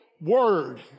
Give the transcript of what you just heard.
word